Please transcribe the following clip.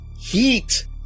Heat